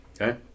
Okay